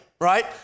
right